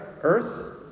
earth